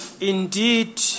indeed